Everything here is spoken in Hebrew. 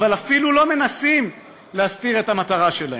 והם אפילו לא מנסים להסתיר את המטרה שלהם.